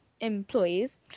employees